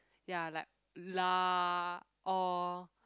ya like lah orh